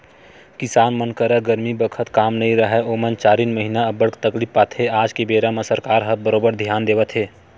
किसान मन करा गरमी बखत काम नइ राहय ओमन चारिन महिना अब्बड़ तकलीफ पाथे आज के बेरा म सरकार ह बरोबर धियान देवत हे